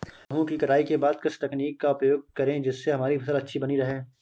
गेहूँ की कटाई के बाद किस तकनीक का उपयोग करें जिससे हमारी फसल अच्छी बनी रहे?